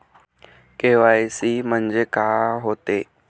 KYC म्हंनजे का होते?